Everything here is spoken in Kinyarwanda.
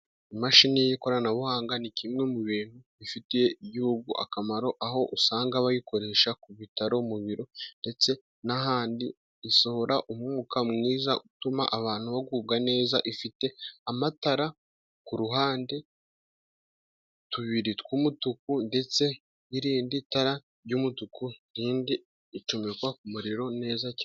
Imashini y'ikoranabuhanga ni kimwe mu bintu bifitiye igihugu akamaro, aho usanga bayikoresha ku bitaro ,mu biro ndetse n'ahandi, isohora umwuka mwiza utuma abantu bagubwa neza ,ifite amatara ku ruhande tubiri tw'umutuku ndetse n'irindi tara ry'umutuku irindi ricomekwa ku muririro neza.